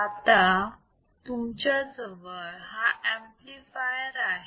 आता तुमच्याजवळ हा ऍम्प्लिफायर आहे